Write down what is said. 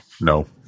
No